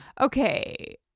okay